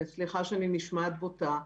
וסליחה שאני נשמעת בוטה,